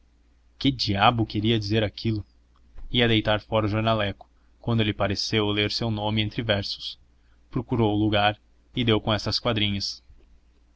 que diabo queria dizer aquilo ia deitar fora o jornaleco quando lhe pareceu ler seu nome entre versos procurou o lugar e deu com estas quadrinhas